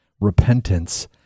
repentance